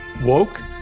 Woke